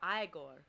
Igor